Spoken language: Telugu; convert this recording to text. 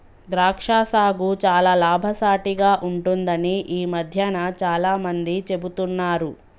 ద్రాక్ష సాగు చాల లాభసాటిగ ఉంటుందని ఈ మధ్యన చాల మంది చెపుతున్నారు